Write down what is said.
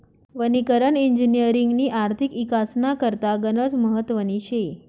वनीकरण इजिनिअरिंगनी आर्थिक इकासना करता गनच महत्वनी शे